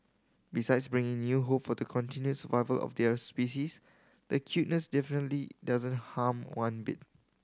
besides bringing new hope for the continued survival of their species their cuteness definitely doesn't harm one bit